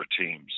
teams